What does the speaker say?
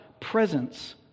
presence